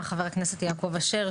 חבר הכנסת יעקב אשר,